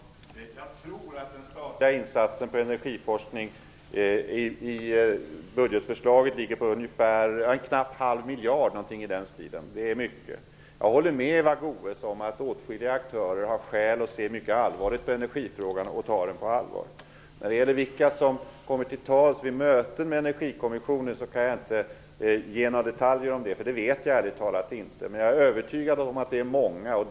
Herr talman! Helt kort. Jag tror att den statliga insatsen för energiforskning i budgetförslaget ligger på nästan en halv miljard, någonting i den stilen. Det är mycket. Jag håller med Eva Goës om att åtskilliga aktörer har skäl att se mycket allvarligt på energifrågan. Vilka som kommer till tals på möten med Energikommissionen kan jag inte ge några detaljer om, för det vet jag ärligt talat inte. Men jag är övertygad om att de är många.